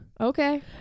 okay